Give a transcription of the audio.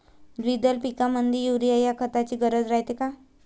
द्विदल पिकामंदी युरीया या खताची गरज रायते का?